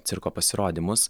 cirko pasirodymus